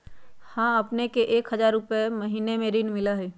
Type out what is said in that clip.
हां अपने के एक हजार रु महीने में ऋण मिलहई?